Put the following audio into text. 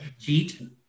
Cheat